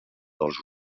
dels